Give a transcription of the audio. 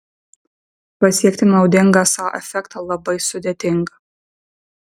pasiekti naudingą sau efektą labai sudėtinga